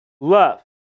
love